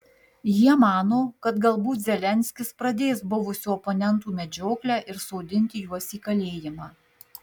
jie mano kad galbūt zelenskis pradės buvusių oponentų medžioklę ir sodinti juos į kalėjimą